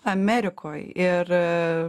amerikoj ir